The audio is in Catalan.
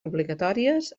obligatòries